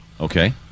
Okay